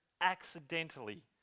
accidentally